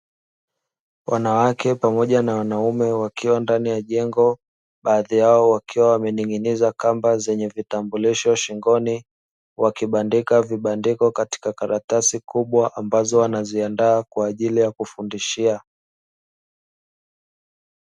Wanawake pamoja na wanaume wakiwa ndani ya jengo, baadhi yao wakiwa wamening'iniza kamba zenye vitambulisho shingoni, wakibandika vibandiko katika karatasi kubwa ambazo wanaziandaa kwa ajili ya kufundishia.